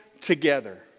together